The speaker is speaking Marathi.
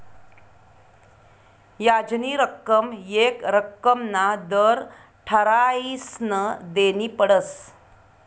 याजनी रक्कम येक रक्कमना दर ठरायीसन देनी पडस